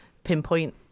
pinpoint